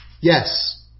Yes